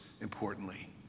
importantly